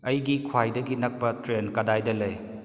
ꯑꯩꯒꯤ ꯈ꯭ꯋꯥꯏꯗꯒꯤ ꯅꯛꯄ ꯇ꯭ꯔꯦꯟ ꯀꯗꯥꯏꯗ ꯂꯩ